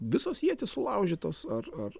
visos ietys sulaužytos ar ar